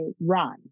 run